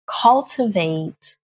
cultivate